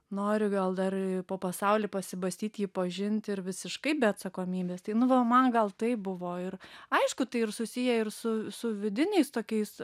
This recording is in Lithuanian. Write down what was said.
nori gal dar po pasaulį pasibastyt jį pažint ir visiškai be atsakomybės tai nu va man gal taip buvo ir aišku tai ir susiję ir su su vidiniais tokiais